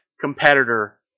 competitor